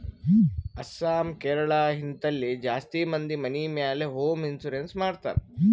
ಅಸ್ಸಾಂ, ಕೇರಳ, ಹಿಂತಲ್ಲಿ ಜಾಸ್ತಿ ಮಂದಿ ಮನಿ ಮ್ಯಾಲ ಹೋಂ ಇನ್ಸೂರೆನ್ಸ್ ಮಾಡ್ತಾರ್